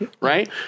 right